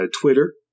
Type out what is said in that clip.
Twitter